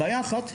בעיה אחת,